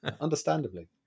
understandably